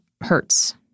hurts